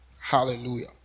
Hallelujah